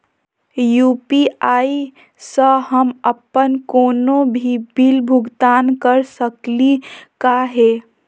UPI स हम अप्पन कोनो भी बिल भुगतान कर सकली का हे?